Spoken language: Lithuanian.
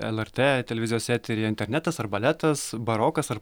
lrt televizijos eteryje internetas arbaletas barokas ar